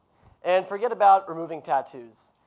and forget about removing tattoos.